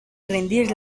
rendir